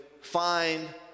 find